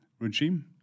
regime